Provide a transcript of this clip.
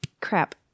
crap